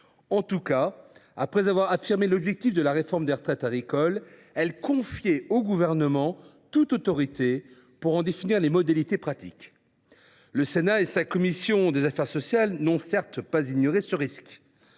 état de cause, après avoir affirmé l’objectif de la réforme des retraites agricoles, elle confiait au Gouvernement toute autorité pour en définir les modalités pratiques. Le Sénat et sa commission des affaires sociales n’ont certes pas ignoré ce risque